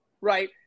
Right